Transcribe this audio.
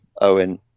Owen